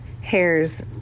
hairs